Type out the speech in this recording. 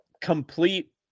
complete